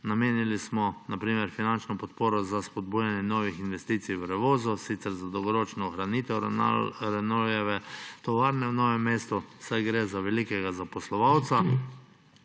Namenili smo na primer finančno podporo za spodbujanje novih investicij v Revozu, sicer za dolgoročno ohranitev Renaultove tovarne v Novem mestu, saj gre za velikega zaposlovalca.